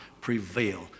prevail